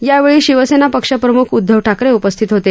यावेळी शिवसेना पक्षप्रमुख उद्धव ठाकरे उपस्थित होते